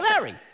Larry